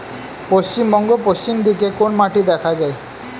পশ্চিমবঙ্গ পশ্চিম দিকে কোন মাটি দেখা যায়?